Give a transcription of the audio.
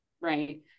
right